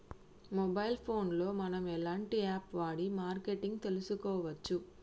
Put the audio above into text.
Mobile phone లో మనం ఎలాంటి యాప్ వాడి మార్కెటింగ్ తెలుసుకోవచ్చు?